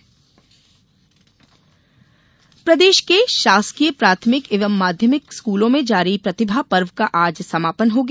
प्रतिभा पर्व प्रदेश के शासकीय प्राथमिक एवं माध्यमिक स्कूलों में जारी प्रतिभा पर्व का आज समापन हो गया